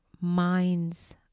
mind's